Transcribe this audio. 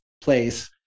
place